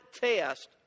test